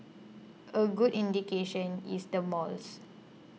a good indication is the malls